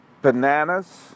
Bananas